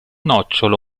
nocciolo